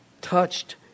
touched